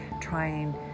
trying